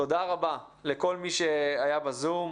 תודה רבה לכל מי שהיה בזום.